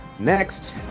Next